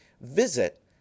visit